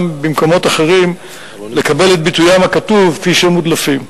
במקומות אחרים לקבל את ביטוים הכתוב כפי שהם מודלפים.